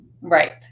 Right